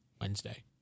Wednesday